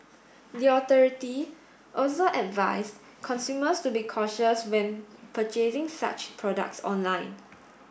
the authority also advised consumers to be cautious when purchasing such products online